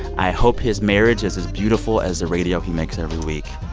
i hope his marriage is as beautiful as the radio he makes every week.